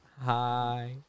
Hi